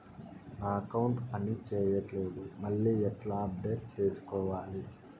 నా అకౌంట్ పని చేయట్లేదు మళ్ళీ ఎట్లా అప్డేట్ సేసుకోవాలి?